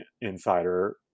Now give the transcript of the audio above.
insider